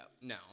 No